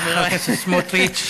חבר הכנסת סמוטריץ.